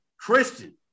Christian